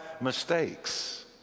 mistakes